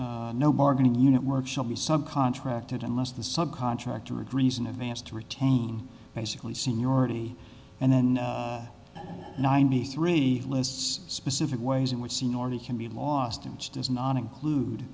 f's no bargaining unit work shall be some contracted unless the sub contractor agrees in advance to retain basically seniority and then ninety three lists specific ways in which seniority can be lost in which does not include